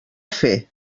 fer